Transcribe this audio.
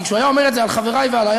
כי כשהוא היה אומר את זה על חברי ועלי,